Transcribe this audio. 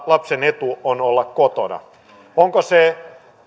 lapsen etu on olla kotona onko se